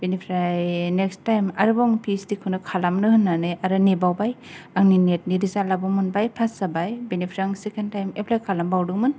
बिनिफ्राय next time आरोबाव आं पि ओइस डि खौनो खालामनो होननानै आरो नेबावबाय आंनि नेटनि रिजाल्दआबो मोनबाय फास जाबाय बिनिफ्राय आं सेकेण्ड टाइम एफ्लाय खालाम बावदोंमोन